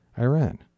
Iran